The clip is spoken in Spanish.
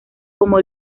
como